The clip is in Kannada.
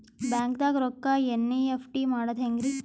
ಬ್ಯಾಂಕ್ದಾಗ ರೊಕ್ಕ ಎನ್.ಇ.ಎಫ್.ಟಿ ಮಾಡದ ಹೆಂಗ್ರಿ?